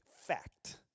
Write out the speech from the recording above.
fact